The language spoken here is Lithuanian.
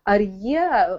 ar jie